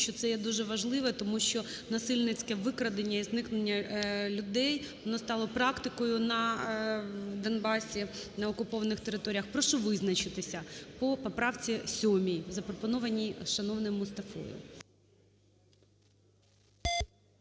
що це є дуже важливе, тому що насильницьке викрадення і зникнення людей, воно стало практикою на Донбасі на окупованих територіях. Прошу визначитися по поправці 7, запропонованій шановним Мустафою.